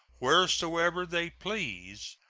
wheresoever they please,